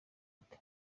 ati